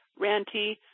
ranty